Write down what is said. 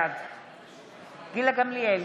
בעד גילה גמליאל,